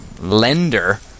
lender